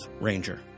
ranger